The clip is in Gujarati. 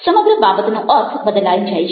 સમગ્ર બાબતનો અર્થ બદલાઈ જાય છે